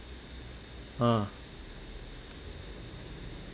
ah